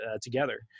together